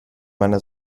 meiner